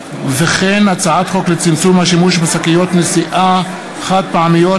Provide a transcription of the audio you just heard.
הצעת חוק לצמצום השימוש בשקיות נשיאה חד-פעמיות,